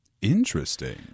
Interesting